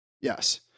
Yes